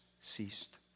ceased